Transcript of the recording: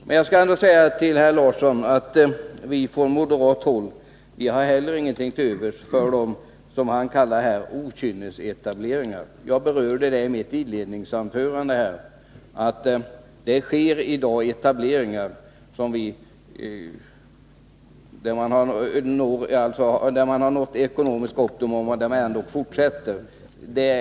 Men jag skall ändå säga till herr Larsson att vi från moderat håll heller inte har något till övers för det som han här kallar okynnesetableringar. Jag berörde det i mitt inledningsanförande. Jag sade att det i dag sker nyetableringar där ekonomiskt optimum redan är nått.